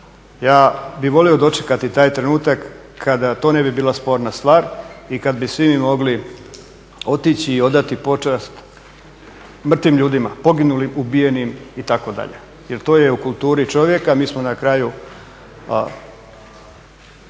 Ja bih volio dočekati taj trenutak kada to ne bi bila sporna stvar i kad bi svi mi mogli otići i odati počast mrtvim ljudima, poginulim, ubijenim itd. Jer to je u kulturi čovjeka. Mi smo na kraju